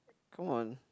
on